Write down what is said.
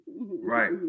Right